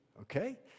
okay